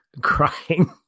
crying